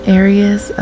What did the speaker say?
areas